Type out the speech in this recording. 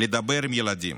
לדבר עם הילדים,